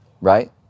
right